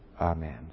Amen